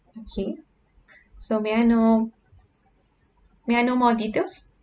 okay so may I know may I know more details